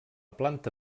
planta